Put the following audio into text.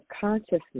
consciousness